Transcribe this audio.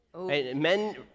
Men